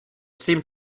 seemed